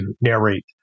narrate